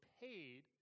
paid